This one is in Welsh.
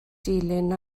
dilyn